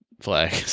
flag